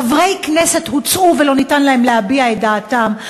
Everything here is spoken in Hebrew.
חברי כנסת הוצאו ולא ניתן להם להביע את דעתם,